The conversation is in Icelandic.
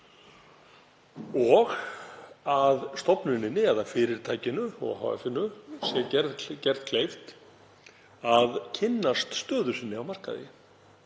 og að stofnuninni, eða fyrirtækinu, ohf.-inu, sé gert kleift að kynnast stöðu sinni á markaði,